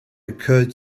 occurred